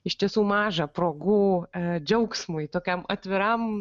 iš tiesų maža progų džiaugsmui tokiam atviram